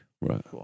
Right